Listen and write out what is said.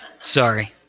Sorry